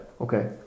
okay